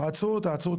תעצרו,